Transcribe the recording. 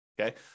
okay